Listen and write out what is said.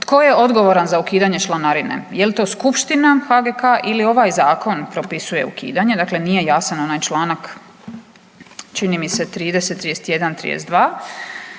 tko je odgovoran za ukidanje članarine jel to Skupština HGK ili ovaj zakon propisuje ukidanje? Dakle, nije jasan onaj članak čini mi se 30., 31., 32.